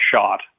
shot